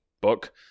book